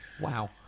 Wow